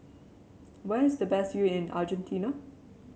where is the best view in Argentina